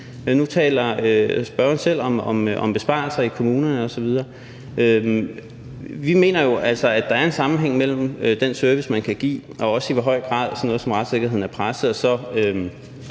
Nu taler spørgeren selv om besparelser i kommunerne osv. Vi mener jo altså, at der er en sammenhæng mellem den service, man kan give, i hvor høj grad sådan noget som retssikkerheden er presset,